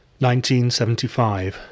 1975